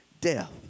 death